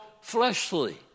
fleshly